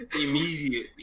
immediately